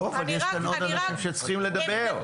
לא אבל יש כאן עוד אנשים שצריכים לדבר.